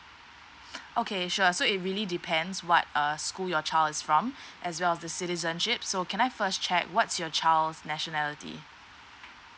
okay sure so it really depends what err school your child is from as well as the citizenship so can I first check what's your child's nationality